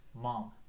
Mom